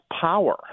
power